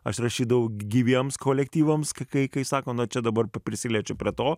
aš rašydavau gyviems kolektyvams kai sako na čia dabar prisiliečiau prie to